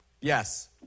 Yes